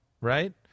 right